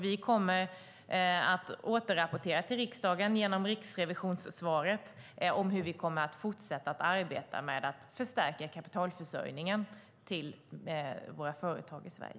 Vi kommer att återrapportera till riksdagen genom riksrevisionssvaret om hur vi kommer att arbeta med att förstärka kapitalförsörjningen till våra företag i Sverige.